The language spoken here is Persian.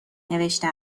نوشته